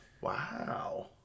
Wow